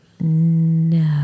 no